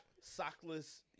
sockless